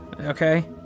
Okay